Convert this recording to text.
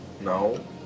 no